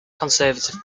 conservative